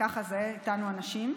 וככה זה איתנו הנשים.